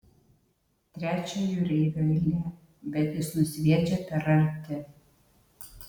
trečio jūreivio eilė bet jis nusviedžia per arti